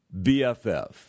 BFF